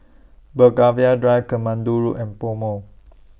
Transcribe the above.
Belgravia Drive Katmandu Road and Pomo